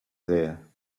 there